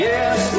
Yes